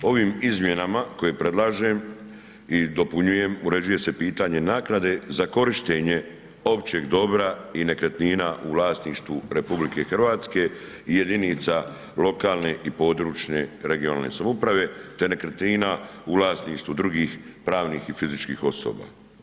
Ovim izmjenama koje predlažem i dopunjujem uređuje se pitanje naknade za korištenje općeg dobra i nekretnina u vlasništvu RH i jedinica lokalne i područne (regionalne) samouprave te nekretnina u vlasništvu drugih pravnih i fizičkih osoba.